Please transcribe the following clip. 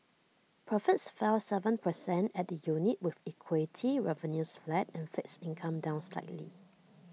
profits fell Seven percent at the unit with equity revenues flat and fixed income down slightly